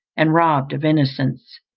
and robbed of innocence.